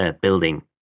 building